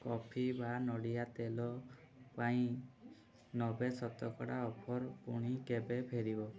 କଫିଭା ନଡ଼ିଆ ତେଲ ପାଇଁ ନବେ ଶତକଡ଼ା ଅଫର୍ ପୁଣି କେବେ ଫେରିବ